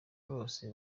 bose